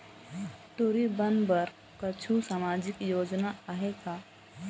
टूरी बन बर कछु सामाजिक योजना आहे का?